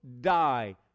die